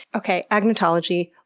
okay, agnotology,